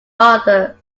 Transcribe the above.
other